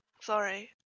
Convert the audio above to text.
Sorry